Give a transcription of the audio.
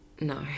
No